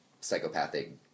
psychopathic